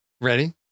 Ready